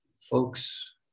folks